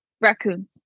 Raccoons